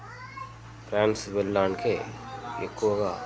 prawns వెళ్ళడానికే ఎక్కువగా